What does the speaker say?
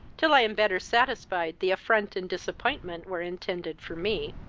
till i am better satisfied the affront and disappointment were intended for me.